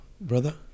Brother